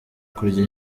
kurya